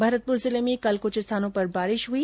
भरतपुर जिले में कल कुछ स्थानों पर बारिश हुई